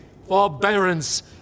Forbearance